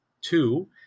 two